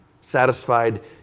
satisfied